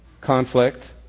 conflict